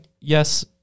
Yes